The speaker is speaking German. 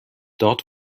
dort